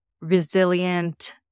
Resilient